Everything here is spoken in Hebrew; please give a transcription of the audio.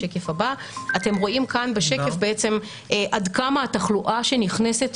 אתם רואים כאן בשקף בעצם עד כמה התחלואה שנכנסת